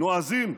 נועזים,